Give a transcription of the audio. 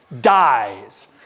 dies